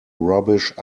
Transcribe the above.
rubbish